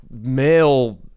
male